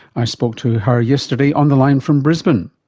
i spoke to her yesterday on the line from brisbane.